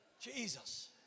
Jesus